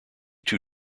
too